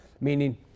meaning